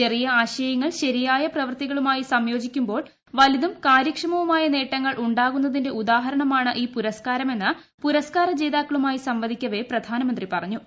ചെറിയ ആശയങ്ങൾ ശരിയായ പ്രവർത്തികളുമായി സംയോജിക്കുമ്പോൾ വലുതും കാര്യക്ഷമവുമായ നേട്ടങ്ങൾ ഉണ്ടാകുന്നതിന്റെ ഉദാഹരണമാണ് ഈ പുരസ്കാരമെന്ന് പുരസ്കാര ജേതാക്കളുമായി സംവദിക്കവേ പ്രധാനമന്ത്രി പറഞ്ഞു